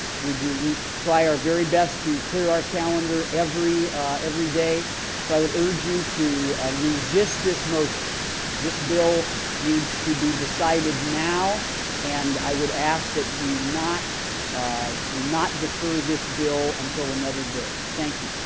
we do we try our very best to clear our calendar every every day so i would urge you to resist this motion this bill needs to be decided now and i would ask that we not um we not defer this bill until another day. thank you.